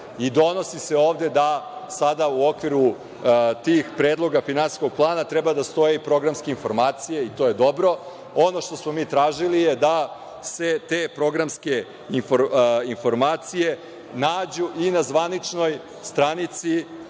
i donosi se ovde da sada u okviru tih predloga finansijskog plana treba da stoji programska informacija i to je dobro. Ono što smo mi tražili je da se te programske informacije nađu i na zvaničnoj internet